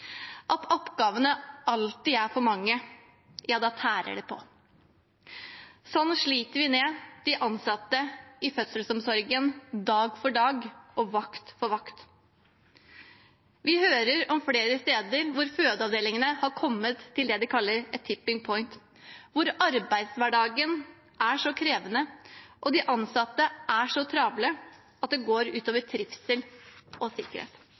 at oppgavene alltid er for mange, tærer det på. Sånn sliter vi ut de ansatte i fødselsomsorgen, dag for dag og vakt for vakt. Vi hører om flere steder der fødeavdelingene har kommet til det de kaller et «tipping point», hvor arbeidshverdagen er så krevende og de ansatte så travle at det går ut over trivsel og sikkerhet.